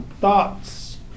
Thoughts